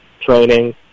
training